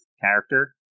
character